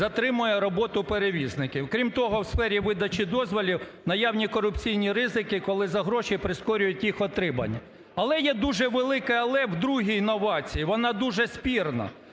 затримує роботу перевізників. Крім того, в сфері видачі дозволів наявні корупційні ризики, коли за гроші прискорюють їх отримання. Але є дуже велике "але" в другій новації, вона дуже спірна.